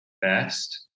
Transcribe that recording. best